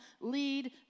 lead